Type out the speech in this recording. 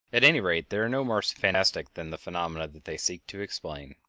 at any rate they are no more fantastic than the phenomena that they seek to explain.